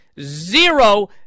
Zero